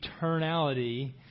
eternality